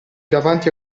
davanti